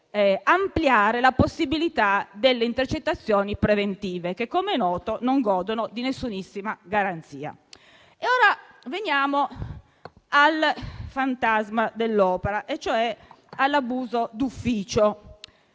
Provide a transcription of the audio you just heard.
ampliare la possibilità delle intercettazioni preventive che, come noto, non godono di alcuna garanzia. Veniamo ora al fantasma dell'opera e cioè all'abuso d'ufficio,